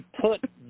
put